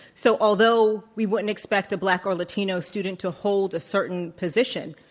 so although we wouldn't expect a black or latino student to hold a certain position,